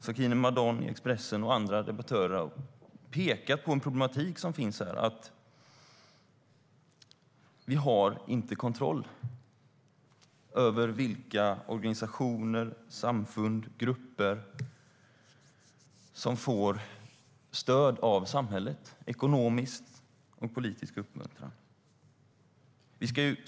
Sakine Madon i Expressen och andra debattörer pekar på de problem som finns här, nämligen att vi inte har kontroll över vilka organisationer, samfund eller grupper som får stöd av samhället - ekonomisk och politisk uppmuntran.